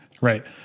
Right